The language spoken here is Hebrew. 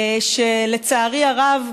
לצערי הרב,